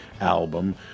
album